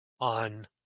on